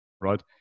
right